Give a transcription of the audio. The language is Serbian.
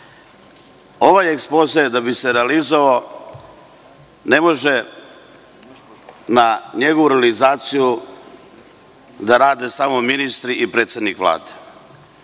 Ovaj ekspoze da bi se realizovao ne mogu na njegovoj realizaciji da rade samo ministri i predsednik Vlade.